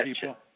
people